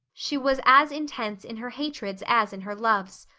she was as intense in her hatreds as in her loves.